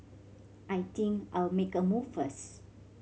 I think I'll make a move first